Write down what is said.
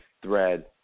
thread